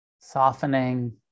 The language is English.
softening